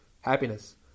happiness